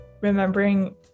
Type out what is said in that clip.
remembering